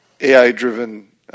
AI-driven